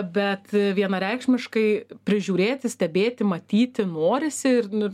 bet vienareikšmiškai prižiūrėti stebėti matyti norisi ir nu